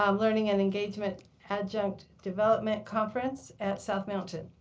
um learning and engagement adjunct development conference at south mountain.